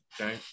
okay